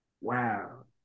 wow